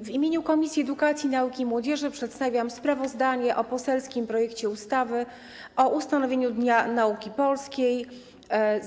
W imieniu Komisji Edukacji, Nauki i Młodzieży przedstawiam sprawozdanie o poselskim projekcie ustawy o ustanowieniu Dnia Nauki Polskiej,